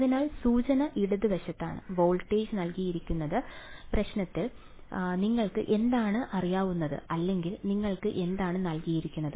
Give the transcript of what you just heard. അതിനാൽ സൂചന ഇടത് വശമാണ് വോൾട്ടേജ് നൽകിയിട്ടുള്ള പ്രശ്നത്തിൽ നിങ്ങൾക്ക് എന്താണ് അറിയാവുന്നത് അല്ലെങ്കിൽ നിങ്ങൾക്ക് എന്താണ് നൽകിയിരിക്കുന്നത്